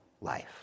life